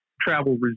travel